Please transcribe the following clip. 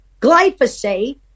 glyphosate